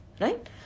Right